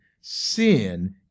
sin